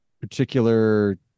particular